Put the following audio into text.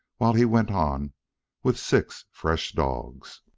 while he went on with six fresh dogs.